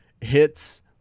hits